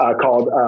called